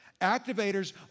Activators